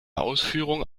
ausführung